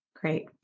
Great